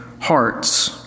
hearts